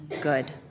good